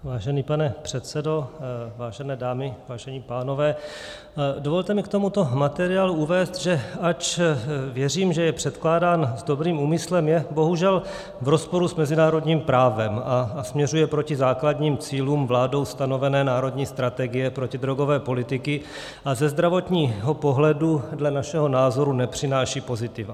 Vážený pane předsedo, vážené dámy, vážení pánové, dovolte mi k tomuto materiálu uvést, že ač věřím, že je předkládán s dobrým úmyslem, je bohužel v rozporu s mezinárodním právem, směřuje proti základním cílům vládou stanovené národní strategie protidrogové politiky a ze zdravotního pohledu dle našeho názoru nepřináší pozitiva.